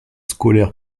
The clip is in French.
scolaire